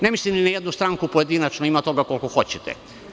Ne mislim ni na jednu stranku pojedinačno, ima toga koliko hoćete.